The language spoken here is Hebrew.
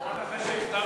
במיוחד אחרי שהכתרת,